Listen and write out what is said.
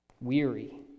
weary